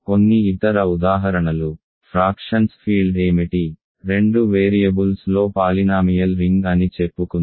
కొన్ని ఇతర ఉదాహరణలు ఫ్రాక్షన్స్ ఫీల్డ్ ఏమిటి రెండు వేరియబుల్స్లో పాలినామియల్ రింగ్ అని చెప్పుకుందాం